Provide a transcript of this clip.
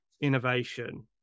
innovation